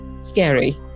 scary